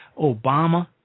Obama